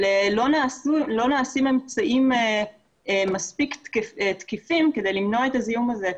אבל לא נעשים אמצעים מספיק תקפים בכדי למנוע את הזיהום הזה.